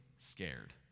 scared